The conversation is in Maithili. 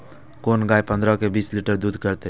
कोन गाय पंद्रह से बीस लीटर दूध करते?